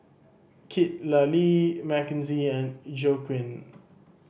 Citlali Mckenzie and Joaquin